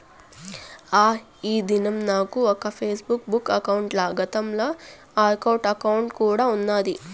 ఆ, ఈ దినం నాకు ఒక ఫేస్బుక్ బుక్ అకౌంటల, గతంల ఆర్కుట్ అకౌంటు కూడా ఉన్నాది